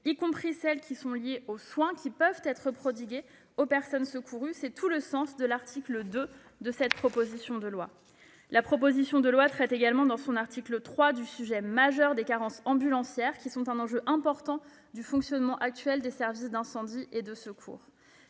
y compris celles qui sont liées aux soins pouvant être prodigués aux personnes secourues. C'est tout le sens de l'article 2 de cette proposition de loi. La proposition de loi traite également dans son article 3 du sujet majeur des carences ambulancières, enjeu important du fonctionnement actuel des services d'incendie et de secours.